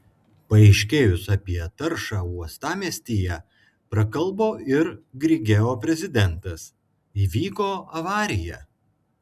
paaiškėjus apie taršą uostamiestyje prakalbo ir grigeo prezidentas įvyko avarija